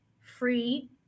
free